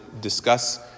discuss